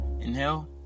inhale